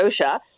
Osha